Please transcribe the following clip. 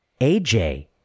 aj